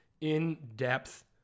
in-depth